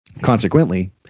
Consequently